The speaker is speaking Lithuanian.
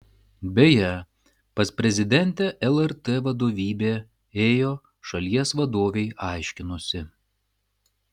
beje pas prezidentę lrt vadovybė ėjo šalies vadovei aiškinosi